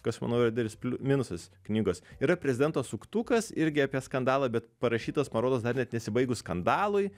kas manau yra didelis pliu minusas knygos yra prezidento suktukas irgi apie skandalą bet parašytas man rodos dar net nesibaigus skandalui